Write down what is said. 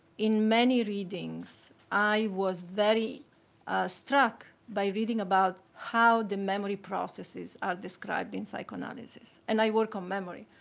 in many readings, i was very struck by reading about how the memory processes are described in psychoanalysis. and i work on memory,